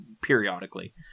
periodically